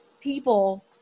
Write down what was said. people